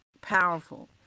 powerful